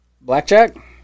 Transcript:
Blackjack